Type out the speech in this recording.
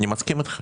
אני מסכים איתך.